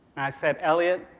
i said, elliot,